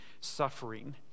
suffering